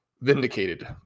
vindicated